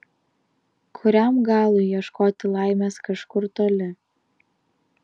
kuriam galui ieškoti laimės kažkur toli